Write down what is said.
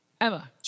Emma